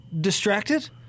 distracted